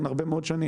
הרפורמה: